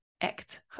act